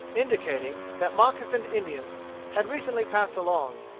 indicating that moccasined indians had recently passed along.